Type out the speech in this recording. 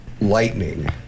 Lightning